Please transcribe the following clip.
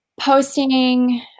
Posting